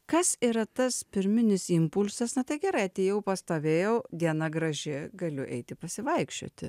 kas yra tas pirminis impulsas na tai gerai atėjau pastovėjau diena graži galiu eiti pasivaikščioti